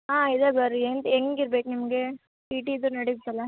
ಹಾಂ ಇದೆ ಬರ್ರಿ ಹೆಂಗ್ ಇರ್ಬೇಕು ನಿಮಗೆ ಟಿ ಟಿ ದು ನಡಿಯುತ್ತಲ್ಲ